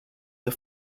the